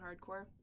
hardcore